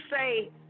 say